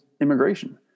immigration